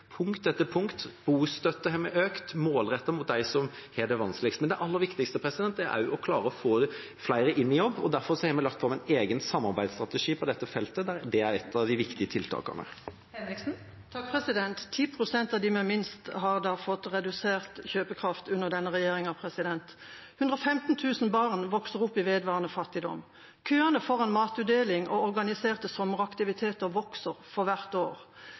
punkt etter punkt. Bostøtte har vi økt målrettet for dem som har det vanskeligst. Men det aller viktigste er å klare å få flere inn i jobb. Derfor har vi lagt fram en egen samarbeidsstrategi på dette feltet der det er et av de viktige tiltakene. Kari Henriksen – til oppfølgingsspørsmål. 10 pst. av dem med minst har fått redusert kjøpekraft under denne regjeringa. 115 000 barn vokser opp i vedvarende fattigdom. Køene for matutdeling og organiserte sommeraktiviteter vokser for hvert år.